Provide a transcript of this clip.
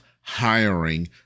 hiring